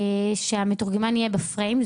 שהמתורגמן יהיה בפריים,